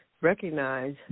recognize